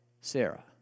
Sarah